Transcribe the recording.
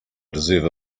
deserve